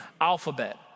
alphabet